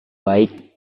baik